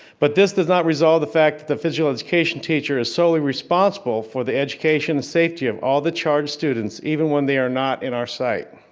but this does not resolve the fact that the physical education teacher is solely responsible for the education and safety of all the charged students, even when they are not in our sight.